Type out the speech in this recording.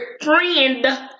friend